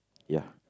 ya